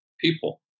people